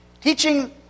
Teaching